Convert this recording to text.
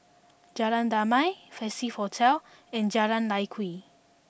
Jalan Damai Festive Hotel and Jalan Lye Kwee